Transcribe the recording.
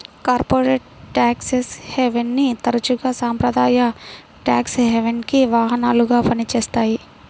corporate tax హెవెన్ని తరచుగా సాంప్రదాయ ట్యేక్స్ హెవెన్కి వాహనాలుగా పనిచేస్తాయి